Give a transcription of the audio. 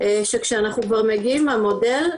שכשאנחנו כבר מגיעים למודל,